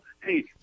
hey